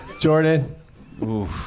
Jordan